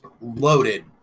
loaded